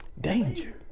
Danger